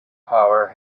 power